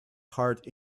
heart